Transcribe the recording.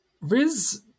Riz